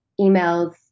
emails